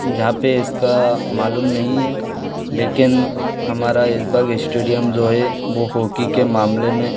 जहाँ पर इसका मालूम नहीं हैं लेकिन हमारा इस्बाग स्टेडियम जो है वह होकी के मामले में